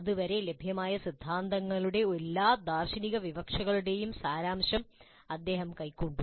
അതുവരെ ലഭ്യമായ സിദ്ധാന്തങ്ങളുടെ എല്ലാ ദാർശനിക വിവക്ഷകളുടെയും സാരാംശം അദ്ദേഹം കൈക്കൊണ്ടു